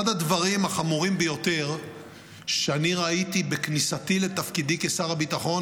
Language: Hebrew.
אחד הדברים החמורים ביותר שאני ראיתי בכניסתי לתפקידי כשר הביטחון,